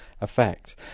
effect